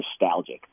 nostalgic